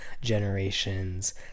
generations